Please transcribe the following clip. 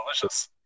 delicious